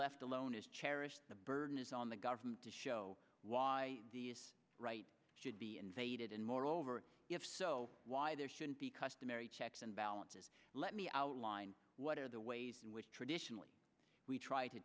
left alone is cherished the burden is on the government to show why this right should be invaded and moreover if so why there should be customary checks and balances let me outline what are the ways in which traditionally we try to